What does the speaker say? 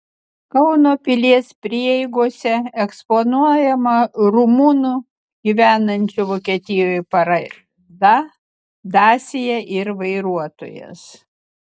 kauno pilies prieigose eksponuojama rumuno gyvenančio vokietijoje paroda dacia ir vairuotojas